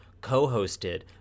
co-hosted